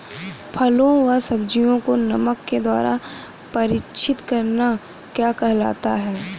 फलों व सब्जियों को नमक के द्वारा परीक्षित करना क्या कहलाता है?